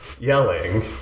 yelling